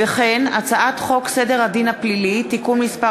הצעת חוק סדר הדין הפלילי (תיקון מס'